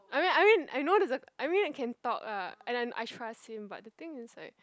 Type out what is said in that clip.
I mean I mean I know there's a i mean I can talk ah and then I trust him but the thing is like